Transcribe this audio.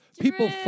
people